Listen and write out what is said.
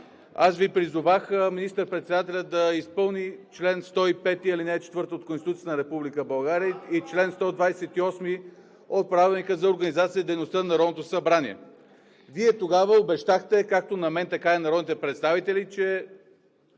аз Ви призовах министър-председателят да изпълни чл. 105, ал. 4 от Конституцията на Република България и чл. 128 от Правилника за организацията и дейността на Народното събрание. Вие тогава обещахте както на мен, така и на народните представители, че